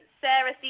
Sarah